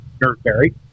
NerdBerry